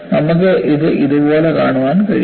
നമുക്ക് ഇത് ഇതുപോലെ കാണാനും കഴിയും